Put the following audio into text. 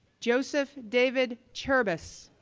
joseph david chirbas,